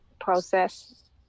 process